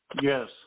Yes